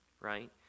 right